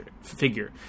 figure